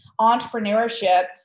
entrepreneurship